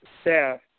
staff